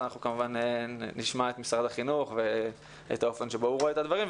אנחנו נשמע את משרד החינוך ואת האופן שבו הוא רואה את הדברים.